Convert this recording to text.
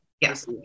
yes